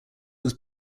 was